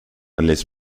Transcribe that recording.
unless